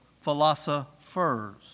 philosophers